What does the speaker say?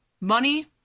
money